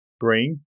green